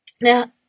Now